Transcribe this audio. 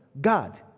God